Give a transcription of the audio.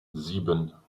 sieben